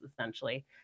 essentially